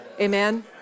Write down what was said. Amen